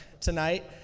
tonight